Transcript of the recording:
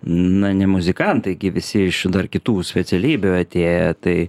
na ne muzikantai visi iš dar kitų specialybių atėję tai